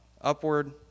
upward